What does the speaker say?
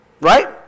Right